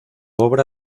obra